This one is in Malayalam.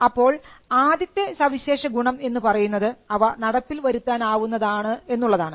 അപ്പോൾ ആദ്യത്തെ സവിശേഷ ഗുണം എന്ന് പറയുന്നത് അവ നടപ്പിൽ വരുത്താൻ ആവുന്നതാണെന്നുള്ളതാണ്